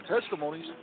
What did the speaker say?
testimonies